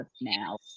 now